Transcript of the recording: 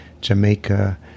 Jamaica